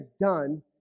done